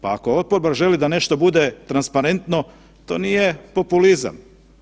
Pa ako oporba želi da nešto bude transparentno to nije populizam.